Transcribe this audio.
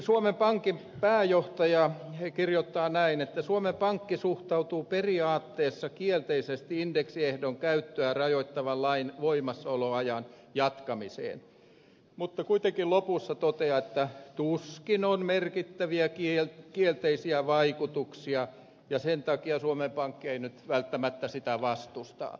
suomen pankin pääjohtaja kirjoittaa näin että suomen pankki suhtautuu periaatteessa kielteisesti indeksiehdon käyttöä rajoittavan lain voimassaoloajan jatkamiseen mutta kuitenkin lopussa toteaa että tuskin on merkittäviä kielteisiä vaikutuksia ja sen takia suomen pankki ei nyt välttämättä sitä vastusta